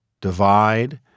divide